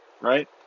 right